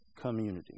community